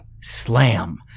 Slam